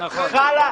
חלה חובה.